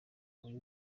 uri